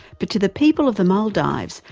but to the people of the maldives,